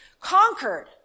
conquered